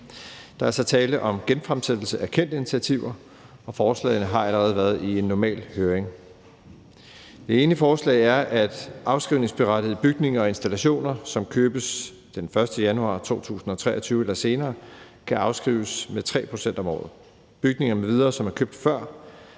Der er altså tale om genfremsættelse af kendte initiativer, og forslagene har allerede været i en normal høring. Det ene forslag er, at afskrivningsberettigede bygninger og installationer, som købes den 1. januar 2023 eller senere, kan afskrives med 3 pct. om året. Bygninger m.v., som er købt før